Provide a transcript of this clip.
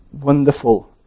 wonderful